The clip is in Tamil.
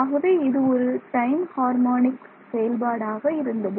ஆகவே இது ஒரு டைம் ஹார்மோனிக் செயல்பாடாக இருந்தது